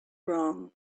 wrong